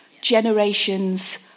generations